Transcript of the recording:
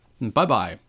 Bye-bye